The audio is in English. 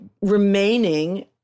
remaining